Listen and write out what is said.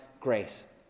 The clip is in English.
grace